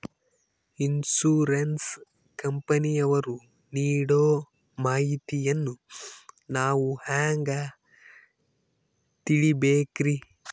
Insurance ಕಂಪನಿಯವರು ನೀಡೋ ಮಾಹಿತಿಯನ್ನು ನಾವು ಹೆಂಗಾ ತಿಳಿಬೇಕ್ರಿ?